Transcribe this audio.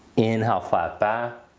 inhale flat back.